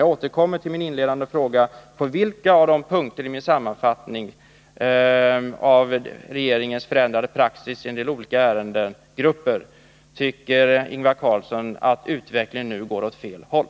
Jag återkommer till min inledande fråga: Beträffande vilken av punkterna i min sammanfattning av regeringens förändrade praxis i en del olika ärendegrupper tycker Ingvar Carlsson att utvecklingen nu går åt fel håll?